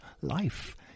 Life